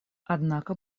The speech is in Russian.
однако